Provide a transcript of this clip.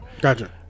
Gotcha